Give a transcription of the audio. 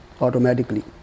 automatically